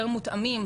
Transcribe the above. יותר מותאמים,